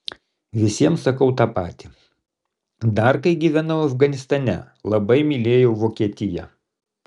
visiems sakau tą patį dar kai gyvenau afganistane labai mylėjau vokietiją